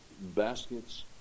baskets